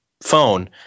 phone